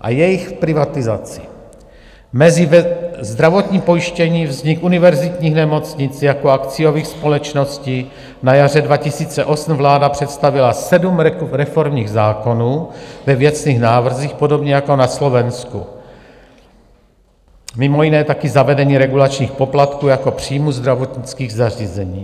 a jejich privatizaci, zdravotní pojištění, vznik univerzitních nemocnic jako akciových společností, na jaře 2008 vláda představila sedm reformních zákonů ve věcných návrzích podobně jako na Slovensku, mimo jiné taky zavedení regulačních poplatků jako příjmů zdravotnických zařízení.